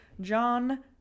John